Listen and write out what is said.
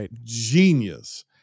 genius